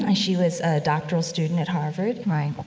ah she was a doctoral student at harvard right.